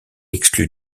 exclut